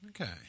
Okay